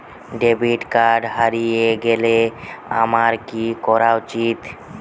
Debit card হারিয়ে গেলে আমার কি করা উচিৎ?